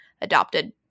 adopted